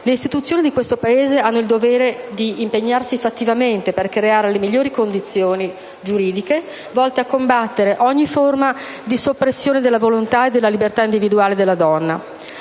Le istituzioni di questo Paese hanno il dovere di impegnarsi fattivamente per creare le migliori condizioni giuridiche volte a combattere ogni forma di soppressione della volontà e della libertà individuale della donna.